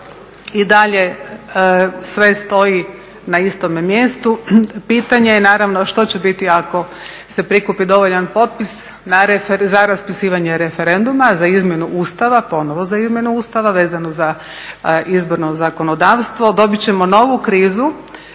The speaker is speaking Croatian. i dalje sve stoji na istome mjestu. Pitanje je što će biti ako se prikupi dovoljno popisa za raspisivanje referenduma za izmjenu Ustava, ponovo za izmjenu Ustava vezanu za izborno zakonodavstvo. Dobit ćemo novu krizu